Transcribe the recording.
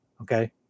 okay